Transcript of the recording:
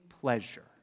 pleasure